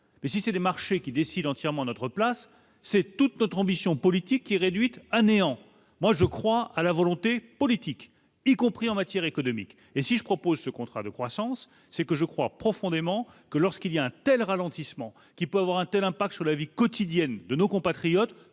mais si c'est le marché qui décide entièrement à notre place, c'est toute notre ambition politique qui réduite à néant, moi je crois à la volonté politique, y compris en matière économique et si je propose ce contrat de croissance, c'est que je crois profondément que lorsqu'il y a-t-elle ralentissement qui peut avoir un untel impacts sur la vie quotidienne de nos compatriotes,